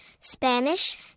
Spanish